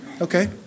okay